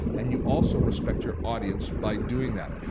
and you also respect your audience by doing that.